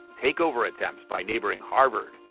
takeover attempts by neighboring harvard.